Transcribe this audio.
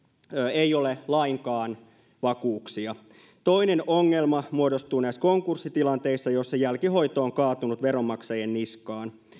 ei ole lainkaan vakuuksia toinen ongelma muodostuu konkurssitilanteissa joissa jälkihoito on kaatunut veronmaksajien niskaan